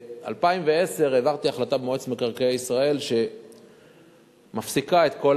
וב-2010 העברתי החלטה במועצת מקרקעי ישראל שמפסיקה את כל